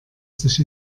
sich